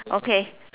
okay